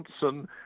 Johnson